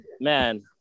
man